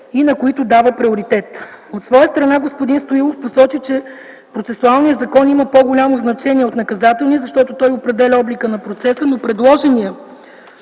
и на които дава приоритет. От своя страна господин Стоилов посочи, че процесуалният закон има по-голямо значение от наказателния, защото той определя облика на процеса, но предложеният